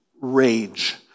rage